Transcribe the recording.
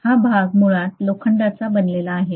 हा भाग मुळात लोखंडाचा बनलेला आहे